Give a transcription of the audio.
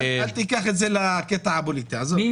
אל תיקח את זה לקטע הפוליטי, עזוב.